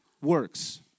works